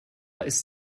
ist